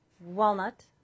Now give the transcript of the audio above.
walnut